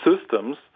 systems